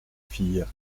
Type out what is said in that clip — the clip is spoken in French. fille